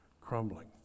crumbling